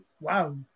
wow